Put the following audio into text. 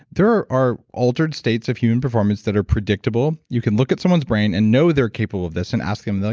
there are are altered states of human performance that are predictable. you can look at someone's brain and know they're capable of this and ask them. they're